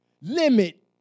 limit